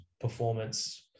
performance